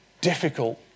difficult